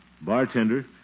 Bartender